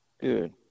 Good